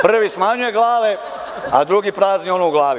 Prvi smanjuje glave, a drugi prazni ono u glavi.